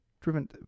driven